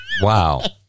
Wow